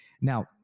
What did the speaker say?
now